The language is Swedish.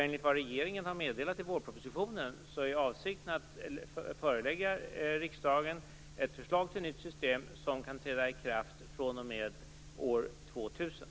Enligt vad regeringen har meddelat i vårpropositionen är avsikten att förelägga riksdagen ett förslag till nytt system som kan träda i kraft fr.o.m. år 2000.